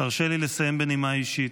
תרשה לי לסיים בנימה אישית.